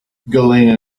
galena